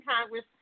Congress